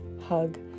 hug